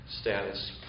status